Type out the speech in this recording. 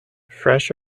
fresh